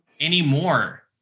anymore